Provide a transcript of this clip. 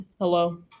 Hello